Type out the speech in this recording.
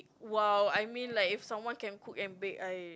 !wow! I mean like if someone can cook and bake I